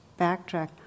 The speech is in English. backtrack